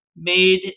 Made